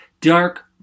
dark